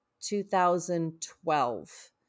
2012